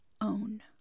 own